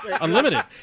Unlimited